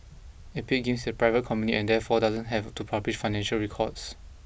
Epic Games is a private company and therefore doesn't have to publish financial records